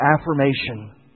affirmation